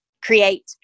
create